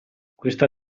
questa